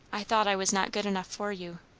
i thought i was not good enough for you,